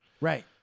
Right